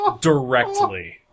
directly